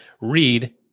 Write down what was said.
Read